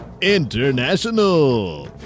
International